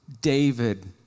David